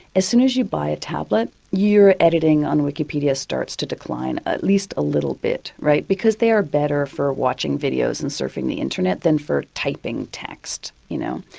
as soon as you buy a tablet, your editing on wikipedia starts to decline at least a little bit, because they are better for watching videos and surfing the internet than for typing text, you know?